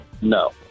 No